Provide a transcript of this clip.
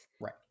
right